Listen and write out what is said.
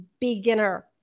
beginner